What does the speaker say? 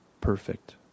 perfect